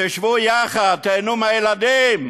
תשבו יחד, תיהנו עם הילדים,